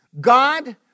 God